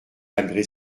malgré